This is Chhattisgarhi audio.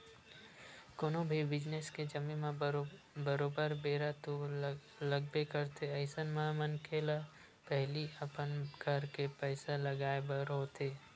कोनो भी बिजनेस के जमें म बरोबर बेरा तो लगबे करथे अइसन म मनखे ल पहिली अपन घर के पइसा लगाय बर होथे